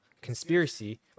conspiracy